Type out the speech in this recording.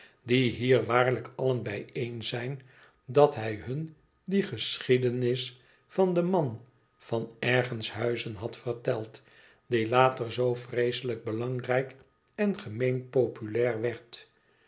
die hier waarlijk allen bijeen zijn dat hij hun die geschiedenis van den man van ergenshuizen had verteld die later zoo vreeselijk belangrijk en gemeen populair werd